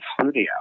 studio